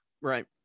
Right